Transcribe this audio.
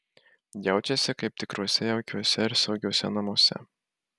jaučiasi kaip tikruose jaukiuose ir saugiuose namuose